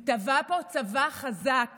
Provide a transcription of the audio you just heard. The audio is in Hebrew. התהווה פה צבא חזק